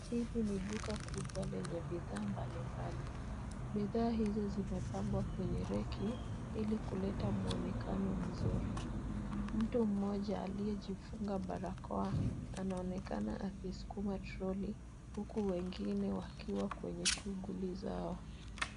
Hili ni duka kubwa lenye bidhaa mbalimbali . Bidhaa hizo zimepangwa Kwenye reki ili kuleta mwonekano mzuri. Mtu mmoja aliyejifunga barakoa anaonekana akiskuma troli huku wengine wakiwa kwenye shughuli zao.